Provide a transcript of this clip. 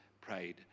prayed